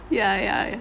ya ya